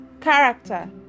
character